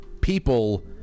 people